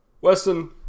Weston